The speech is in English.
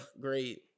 great